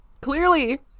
clearly